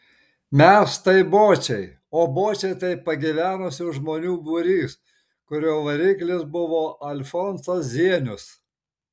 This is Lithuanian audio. mes tai bočiai o bočiai tai pagyvenusių žmonių būrys kurio variklis buvo alfonsas zienius